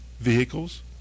vehicles